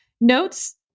notes